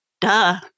duh